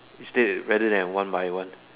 instead better than one by one